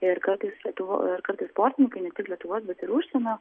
ir kartais lietuvo ir kartais sportininkai ne tik lietuvos bet ir užsienio